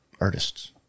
artists